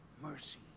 mercy